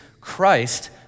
Christ